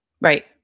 Right